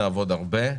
נעבוד הרבה,